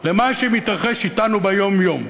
למה שמתרחש אתנו ביום-יום.